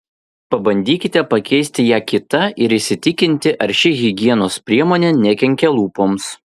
pabandykite pakeisti ją kita ir įsitikinti ar ši higienos priemonė nekenkia lūpoms